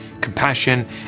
compassion